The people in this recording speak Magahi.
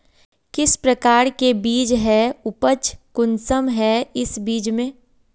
किस प्रकार के बीज है उपज कुंसम है इस बीज में?